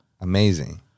Amazing